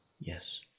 Yes